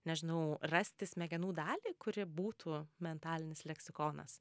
nežinau rasti smegenų dalį kuri būtų mentalinis leksikonas